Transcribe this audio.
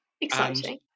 exciting